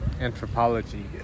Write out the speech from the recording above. anthropology